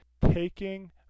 Taking